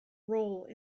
role